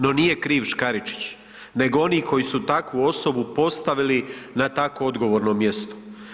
No nije kriv Škaričić, nego oni koji su takvu osobu postavili na tako odgovorno mjesto.